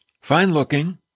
fine-looking